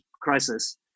crisis